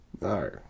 No